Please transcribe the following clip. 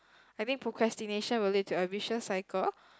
I think procrastination will lead to a vicious cycle